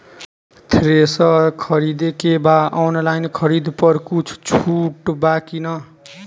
Thresher खरीदे के बा ऑनलाइन खरीद पर कुछ छूट बा कि न?